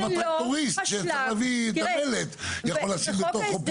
גם מי שמביא את המלט, יכול לשים בתוכו פודינג.